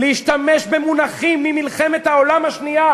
להשתמש במונחים ממלחמת העולם השנייה